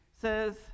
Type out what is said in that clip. says